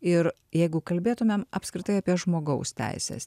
ir jeigu kalbėtumėm apskritai apie žmogaus teises